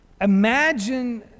Imagine